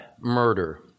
murder